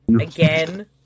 Again